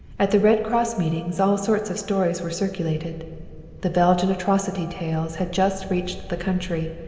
at the red cross meetings all sorts of stories were circulated the belgian atrocity tales had just reached the country,